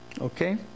Okay